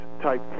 type